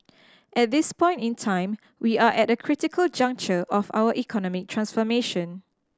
at this point in time we are at a critical juncture of our economic transformation